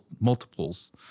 multiples